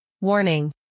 warning